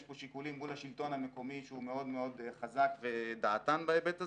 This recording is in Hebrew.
יש פה שיקולים מול השלטון המקומי שהוא מאוד מאוד חזק ודעתן בהיבט הזה,